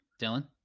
dylan